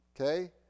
Okay